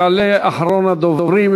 יעלה אחרון הדוברים,